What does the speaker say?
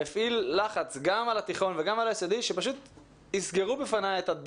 הוא הפעיל לחץ גם על התיכון וגם על היסודי שיסגרו בפני את הדלת